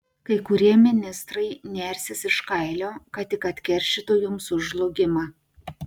kai kurie ministrai nersis iš kailio kad tik atkeršytų jums už žlugimą